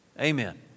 Amen